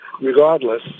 regardless